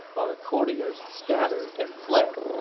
while the courtiers scattered and fled.